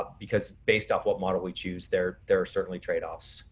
because based off what model we choose there there are certainly trade offs.